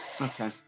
okay